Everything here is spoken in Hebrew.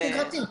פעילות שגרתית.